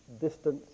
distance